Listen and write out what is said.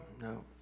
no